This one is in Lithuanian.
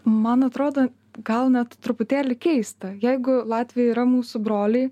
man atrodo gal net truputėlį keista jeigu latviai yra mūsų broliai